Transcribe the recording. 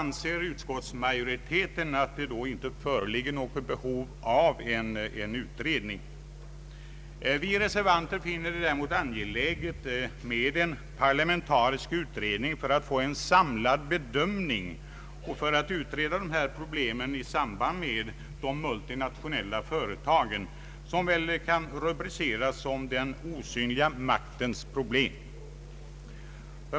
Utskottsmajoriteten anser alltså att något behov av en utredning inte föreligger. Vi reservanter finner det däremot angeläget med en parlamentarisk utredning för att få en samlad bedömning och för att utreda problemen i samband med de multinationella företagen, som väl kan rubriceras som ”den osynliga maktens problem”.